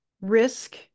risk